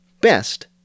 Best